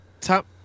top